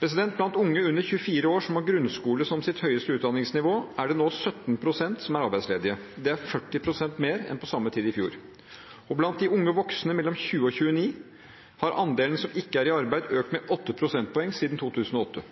Blant unge under 24 år som har grunnskole som sitt høyeste utdanningsnivå, er det nå 17 pst. som er arbeidsledige. Det er 40 pst. mer enn på samme tid i fjor. Blant unge voksne mellom 20 og 29 år har andelen som ikke er i arbeid, økt med